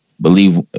believe